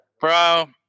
Bro